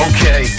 Okay